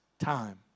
time